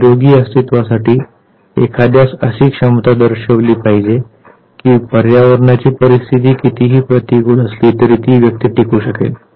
आणि निरोगी अस्तित्वासाठी एखाद्यास अशी क्षमता दर्शविली पाहिजे की पर्यावरणाची परिस्थिती कितीही प्रतिकूल असली तरी ती व्यक्ती टिकू शकेल